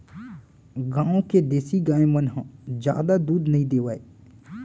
गॉँव के देसी गाय मन ह जादा दूद नइ देवय